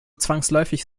zwangsläufig